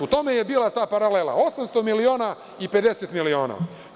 U tome je bila ta paralela, 800 miliona i 50 miliona.